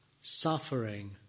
suffering